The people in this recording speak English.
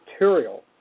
material